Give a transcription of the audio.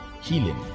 healing